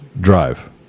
drive